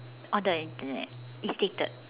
on the Internet it's stated